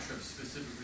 specifically